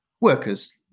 workers